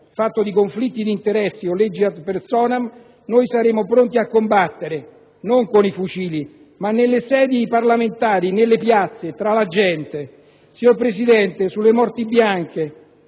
fatto di conflitti di interessi o leggi *ad personam*, saremo pronti a combattere, non con i fucili ma nelle sedi parlamentari, nelle piazze, tra la gente. Signor Presidente, sulle morti bianche